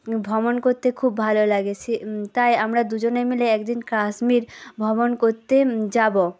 ভ্রমণ করতে খুব ভালো লাগে সেই তাই আমরা দু জনে মিলে একদিন কাশ্মীর ভ্রমণ করতে যাবো